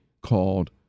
called